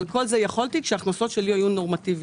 אבל כל זה יכולתי כשההכנסות שלי היו נורמטיביות.